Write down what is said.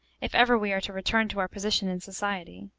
if ever we are to return to our position in society.